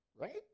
right